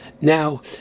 Now